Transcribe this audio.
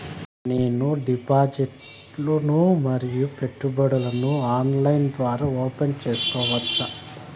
నేను డిపాజిట్లు ను మరియు పెట్టుబడులను ఆన్లైన్ ద్వారా ఓపెన్ సేసుకోవచ్చా?